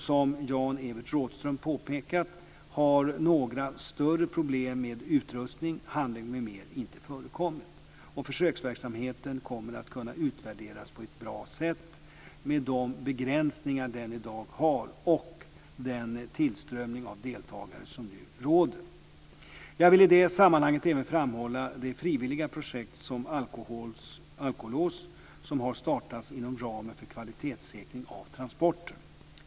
Som Jan-Evert Rådhström påpekat har några större problem med utrustning, handläggning m.m. inte förekommit. Försöksverksamheten kommer att kunna utvärderas på ett bra sätt, med de begränsningar den i dag har och den tillströmning av deltagare som nu råder. Jag vill i detta sammanhang även framhålla det frivilliga projekt med alkolås som har startats inom ramen för kvalitetssäkring av transporter.